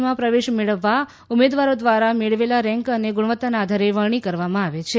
માં પ્રવેશ મેળવવા ઉમેદવારો દ્વારા મેળવેલાં રેન્ક અને ગુણવત્તાનાં આધારે વરણી કરવામાં આવે છે